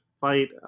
fight